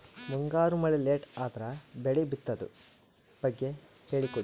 ಮುಂಗಾರು ಮಳೆ ಲೇಟ್ ಅದರ ಬೆಳೆ ಬಿತದು ಬಗ್ಗೆ ಹೇಳಿ ಕೊಡಿ?